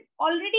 already